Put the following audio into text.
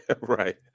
Right